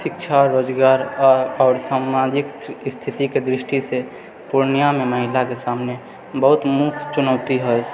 शिक्षा रोजगार आ आओर सामाजिक ई स्थितिके दृष्टि से पूर्णियामे महिलाके सामने बहुत मुख्य चुनौती है